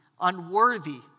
unworthy